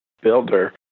Builder